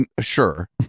Sure